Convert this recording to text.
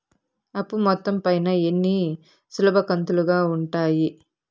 అప్పు మొత్తం పైన ఎన్ని సులభ కంతులుగా ఉంటాయి?